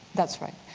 that's right.